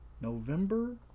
November